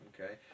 Okay